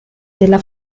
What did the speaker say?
della